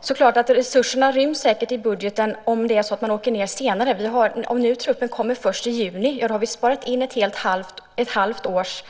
Det är klart att resurserna ryms i budgeten om man åker ned senare. Om nu truppen kommer först i juni har vi sparat in ett halvt års